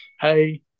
hey